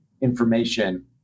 information